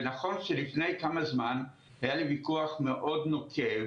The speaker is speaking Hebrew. ונכון שלפני כמה זמן היה לי ויכוח מאוד נוקב